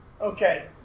Okay